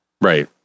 Right